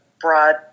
broad